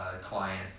client